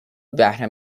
بهره